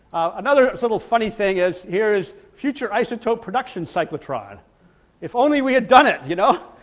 another little funny thing is here is future isotope production cyclotron if only we had done it, you know,